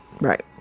right